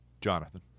Jonathan